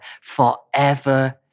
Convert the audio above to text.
forever